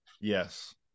Yes